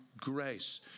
grace